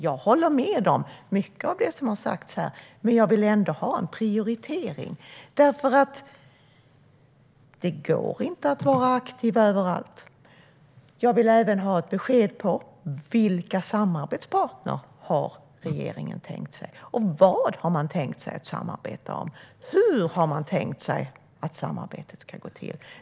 Jag håller med om mycket av det som har sagts här, men jag vill ändå ha en prioritering, för det går inte att vara aktiv överallt. Jag vill även ha ett besked om vilka samarbetspartner regeringen har tänkt sig, vad man har tänkt sig att samarbeta om och hur man har tänkt sig att samarbetet ska gå till.